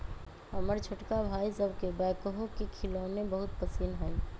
हमर छोटका भाई सभके बैकहो के खेलौना बहुते पसिन्न हइ